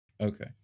Okay